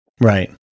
Right